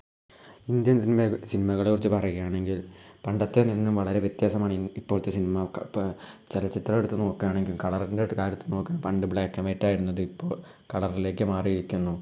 Indian സിൻമെ സിൻമകളെക്കുറിച്ച് പറയുകയാണെങ്കിൽ പണ്ടത്തെ നിന്നും വളരെ വ്യത്യസമാണ് ഇൻ ഇപ്പൊഴത്തെ സിൻമക്കെ ഇപ്പോൾ ചലച്ചിത്രമെടുത്ത് നോക്കയാണെങ്കിൽ കളറിൻ്റെ കാര്യത്തിൽ നോക്കിയാൽ പണ്ട് ബ്ലാക്ക് ആൻഡ് വൈറ്റ് ആയിരുന്നത് ഇപ്പോൾ കളറിലേക് മാറീരിക്കുന്നു